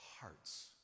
hearts